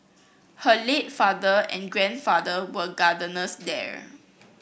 her late father and grandfather were gardeners there